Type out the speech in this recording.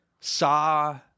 saw